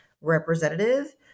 representative